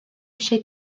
eisiau